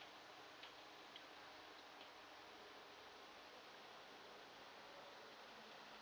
mm